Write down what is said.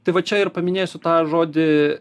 tai va čia ir paminėsiu tą žodį